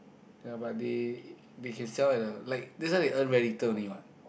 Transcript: ya but they they can sell at a like this one they earn very little only what